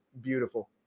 beautiful